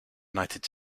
united